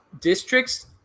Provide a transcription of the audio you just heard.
districts